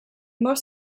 most